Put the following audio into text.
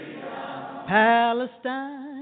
Palestine